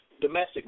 Domestic